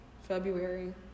February